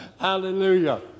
Hallelujah